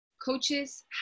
coaches